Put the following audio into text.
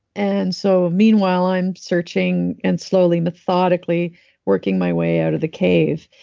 and so, meanwhile, i'm searching and slowly, methodically working my way out of the cave.